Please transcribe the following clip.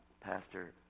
Pastor